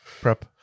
prep